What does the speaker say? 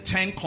Ten